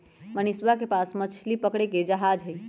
मनीषवा के पास मछली पकड़े के जहाज हई